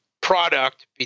product